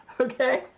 Okay